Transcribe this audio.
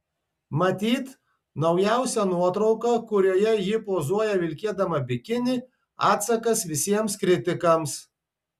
matyt naujausia nuotrauka kurioje ji pozuoja vilkėdama bikinį atsakas visiems kritikams